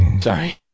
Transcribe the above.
Sorry